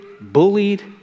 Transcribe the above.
bullied